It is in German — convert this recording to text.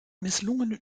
misslungenen